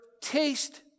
taste